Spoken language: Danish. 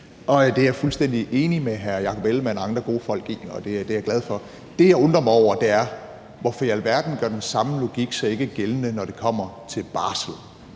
Det er jeg fuldstændig enig med hr. Jakob Ellemann-Jensen og andre gode folk i, og det er jeg glad for. Det, jeg undrer mig over, er: Hvorfor i alverden gør den samme logik sig ikke gældende, når det kommer til barsel?